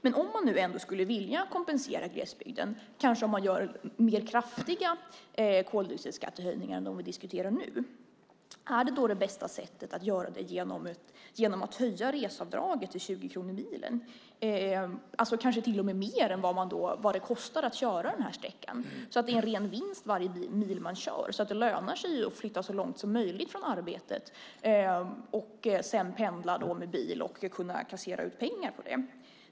Men om man nu ändå skulle vilja kompensera glesbygden, om man kanske gör mer kraftiga koldioxidskattehöjningar än dem som vi diskuterar nu, undrar jag: Är det bästa sättet att göra det att höja reseavdraget till 20 kronor per mil? Det är kanske till och med mer än vad det kostar att köra den här sträckan, så att varje mil man kör är en ren vinst, så att det lönar sig att flytta så långt som möjligt från arbetet och sedan pendla med bil och kunna kassera in pengar på det.